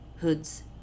hoods